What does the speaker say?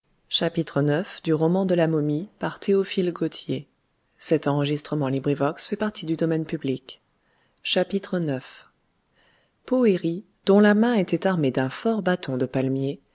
un dernier baiser poëri dont la main était armée d'un fort bâton de palmier